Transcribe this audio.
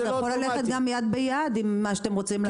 זה עוד ללכת יד ביד עם מה שאתם רוצים לעשות